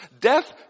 Death